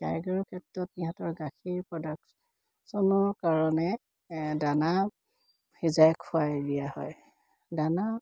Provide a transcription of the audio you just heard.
গাই গৰুৰ ক্ষেত্ৰত সিহঁতৰ গাখীৰ প্ৰডাকচনৰ কাৰণে দানা সিজাই খোৱাই দিয়া হয় দানা